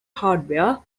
hardware